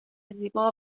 زیبا